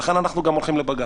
ולכן אנחנו הולכים לבג"ץ.